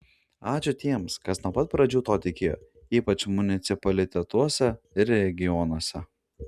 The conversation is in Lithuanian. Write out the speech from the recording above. ačiū tiems kas nuo pat pradžių tuo tikėjo ypač municipalitetuose ir regionuose